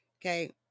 Okay